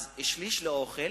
אז שליש לאוכל,